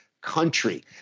country